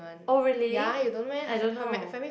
oh really I don't know